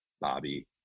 Bobby